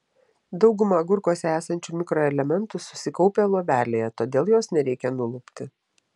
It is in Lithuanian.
dauguma agurkuose esančių mikroelementų susikaupę luobelėje todėl jos nereikia nulupti